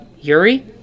Yuri